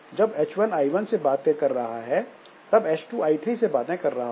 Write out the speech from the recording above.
जब H1 I1से बातें कर रहा है तब H2 I3 से बातें कर रहा होगा